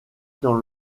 dans